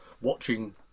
watching